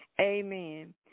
Amen